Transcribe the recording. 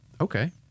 Okay